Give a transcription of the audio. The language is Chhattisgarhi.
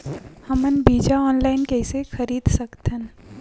हमन बीजा ऑनलाइन कइसे खरीद सकथन?